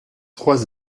trois